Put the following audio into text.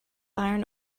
iron